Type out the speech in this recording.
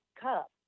cup